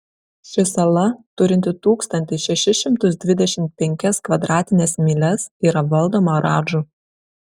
ši sala turinti tūkstantį šešis šimtus dvidešimt penkias kvadratines mylias yra valdoma radžų